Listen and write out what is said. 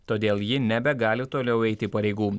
todėl ji nebegali toliau eiti pareigų